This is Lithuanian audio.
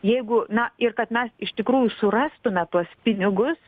jeigu na ir kad mes iš tikrųjų surastume tuos pinigus